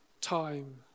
time